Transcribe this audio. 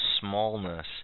smallness